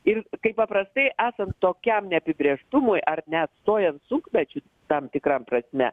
ir kaip paprastai esant tokiam neapibrėžtumui ar net stojant sunkmečiui tam tikram prasme